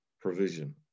provision